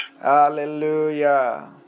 Hallelujah